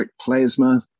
plasma